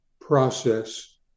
process